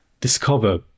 discover